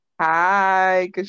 Hi